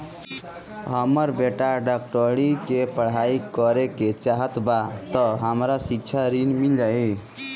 हमर बेटा डाक्टरी के पढ़ाई करेके चाहत बा त हमरा शिक्षा ऋण मिल जाई?